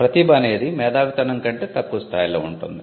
ప్రతిభ అనేది మేధావితనం కంటే తక్కువ స్థాయిలో ఉంటుంది